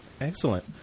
Excellent